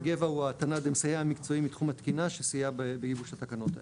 וגבע הוא --- המסייע המקצועי מתחום התקינה שסייע בגיבוש התקנות האלה.